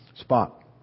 spot